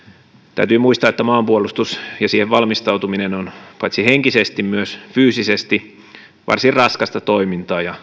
täytyy muistaa että maanpuolustus ja siihen valmistautuminen on paitsi henkisesti myös fyysisesti varsin raskasta toimintaa ja